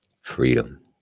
freedom